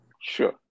Sure